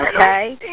okay